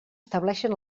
establixen